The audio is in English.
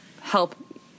help